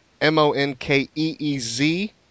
M-O-N-K-E-E-Z